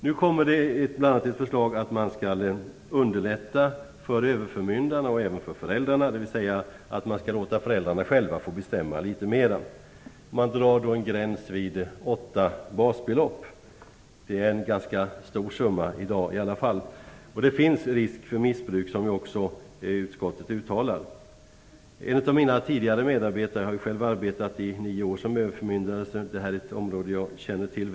Nu kommer ett förslag om att man skall underlätta överförmyndarna och även för föräldrarna, så att dessa skall få bestämma litet mer. En gräns dras därvid vid åtta basbelopp. Det är i dag trots allt en ganska stor summa, och det finns, som också utskottet uttalar, risk för missbruk. Jag har själv arbetat nio år som överförmyndare, och detta är ett område som jag väl känner till.